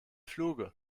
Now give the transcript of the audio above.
fluge